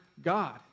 God